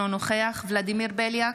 אינו נוכח ולדימיר בליאק,